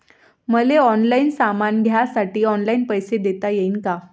मले ऑनलाईन सामान घ्यासाठी ऑनलाईन पैसे देता येईन का?